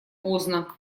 поздно